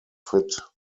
fit